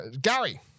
Gary